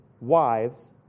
wives